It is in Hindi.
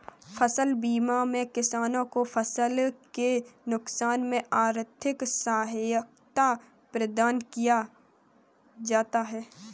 फसल बीमा में किसानों को फसल के नुकसान में आर्थिक सहायता प्रदान किया जाता है